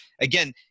again